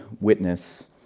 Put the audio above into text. witness